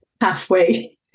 halfway